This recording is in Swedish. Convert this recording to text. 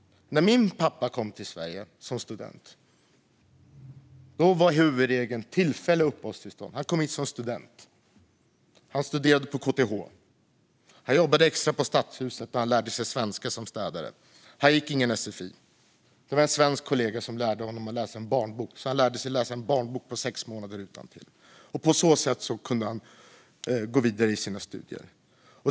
När min pappa kom till Sverige som student var huvudregeln tillfälliga uppehållstillstånd. Han studerade på KTH, och han jobbade extra på stadshuset, där han lärde sig svenska som städare. Han gick inte på sfi, utan det var en svensk kollega som lärde honom att läsa en barnbok, som han lärde sig utantill på sex månader. På så sätt kunde han gå vidare i sina studier.